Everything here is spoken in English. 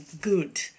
good